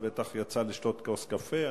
בטח הוא יצא לשתות כוס קפה,